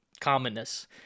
commonness